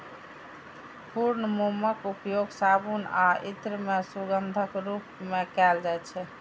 पूर्ण मोमक उपयोग साबुन आ इत्र मे सुगंधक रूप मे कैल जाइ छै